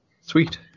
Sweet